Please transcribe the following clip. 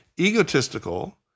egotistical